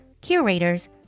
curators